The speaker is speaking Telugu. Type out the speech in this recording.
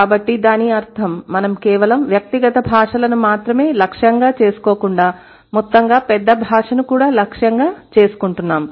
కాబట్టి దాని అర్ధం మనం కేవలం వ్యక్తిగత భాషలను మాత్రమే లక్ష్యంగా చేసుకోకుండా మొత్తంగా పెద్ద భాషను కూడా లక్ష్యంగా చేసుకుంటున్నాము